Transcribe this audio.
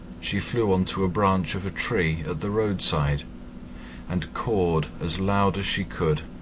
she flew on to a branch of a tree at the roadside and cawed as loud as she could.